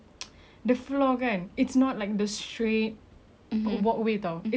walkway [tau] it's senget so you're going down and the wall